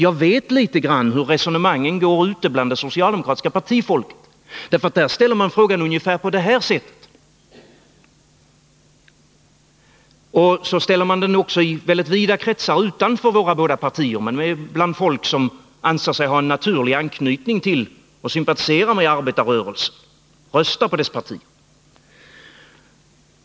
Jag vet litet grand hur resonemanget går ute bland det socialdemokratiska partifolket. Samma resonemang förs också i väldigt vida kretsar utanför våra partier, bland folk som anser sig ha anknytning till och sympatiserar med arbetarrörelsen, som röstar med dess partier.